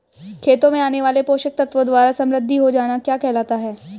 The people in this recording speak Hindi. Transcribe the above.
खेतों में आने वाले पोषक तत्वों द्वारा समृद्धि हो जाना क्या कहलाता है?